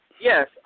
Yes